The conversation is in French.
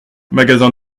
magasin